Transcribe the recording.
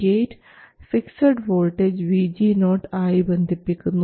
gate fixed voltage VG0 ആയി ബന്ധിപ്പിക്കുന്നു